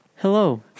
Hello